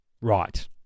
Right